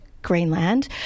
Greenland